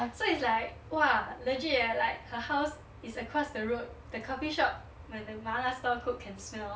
so it's like !wah! legit eh her house is across the road the coffee shop where the 麻辣 stall cook can smell